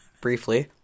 briefly